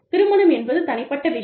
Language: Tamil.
திருமணம் என்பது தனிப்பட்ட விஷயம்